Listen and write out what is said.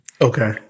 Okay